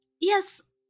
Yes